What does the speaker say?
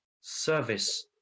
service